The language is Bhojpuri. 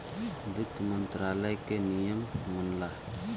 वित्त मंत्रालय के नियम मनला